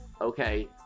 Okay